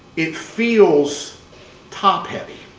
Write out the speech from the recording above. it feels top-heavy.